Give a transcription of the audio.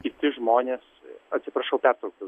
kiti žmonės atsiprašau pertraukiau